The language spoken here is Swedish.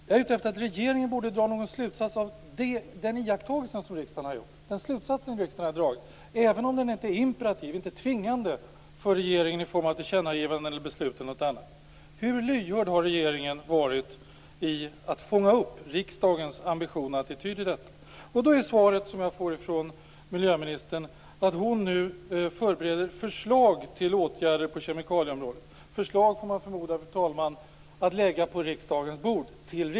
Jag är ute efter att regeringen borde dra någon slutsats av den iakttagelse som riksdagen har gjort - även om den inte är imperativ, inte tvingande, för regeringen i form av tillkännagivande eller beslut. Hur lyhörd har regeringen varit i att fånga upp riksdagens ambition och attityd i denna fråga? Svaret från miljöministern är att hon förbereder förslag till åtgärder på kemikalieområdet. Det är, fru talman, får jag förmoda, förslag att lägga på riksdagens bord.